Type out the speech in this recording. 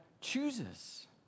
chooses